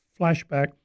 flashback